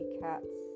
cats